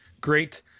great